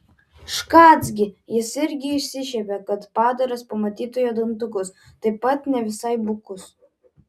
škac gi jis irgi išsišiepė kad padaras pamatytų jo dantukus taip pat ne visai bukus